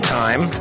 time